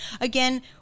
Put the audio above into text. again